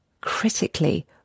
Critically